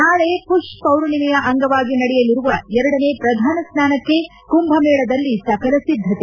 ನಾಳೆ ಪುಷ್ ಪೌರ್ಣಿಮೆಯ ಅಂಗವಾಗಿ ನಡೆಯಲಿರುವ ಎರಡನೇ ಪ್ರಧಾನ ಸ್ನಾನಕ್ಕೆ ಕುಂಭ ಮೇಳದಲ್ಲಿ ಸಕಲ ಸಿದ್ದತೆ